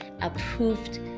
approved